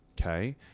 Okay